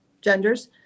genders